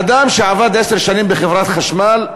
אדם שעבד עשר שנים בחברת החשמל,